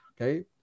okay